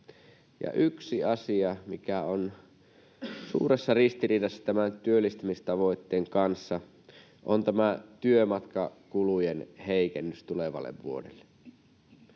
Yksi asia, mikä on suuressa ristiriidassa tämän työllistämistavoitteen kanssa, on työmatkakulujen heikennys tulevalle vuodelle.